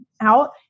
out